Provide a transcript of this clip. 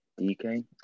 DK